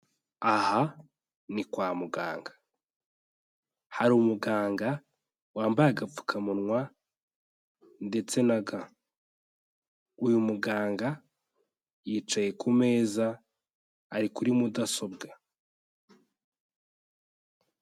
Aha ni kwa muganga. Hari umuganga wambaye agapfukamunwa ndetse na ga, uyu muganga yicaye ku meza ari kuri mudasobwa.